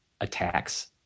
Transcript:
attacks